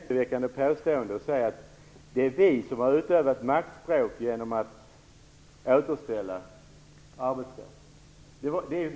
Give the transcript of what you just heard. Herr talman! Det är ganska uppseendeväckande att påstå att det är vi som utövat maktspråk genom att återställa arbetsrätten.